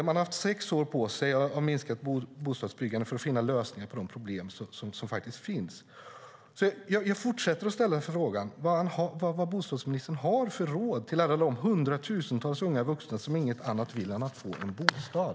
Man har haft sex år på sig av minskat bostadsbyggande för att hitta lösningar på de problem som finns. Jag fortsätter att ställa frågan: Vad har bostadsministern för råd till alla de hundratusentals unga vuxna som inget annat vill än att få en bostad?